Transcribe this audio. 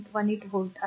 18 volt आहे